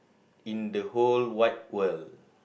in the whole wide world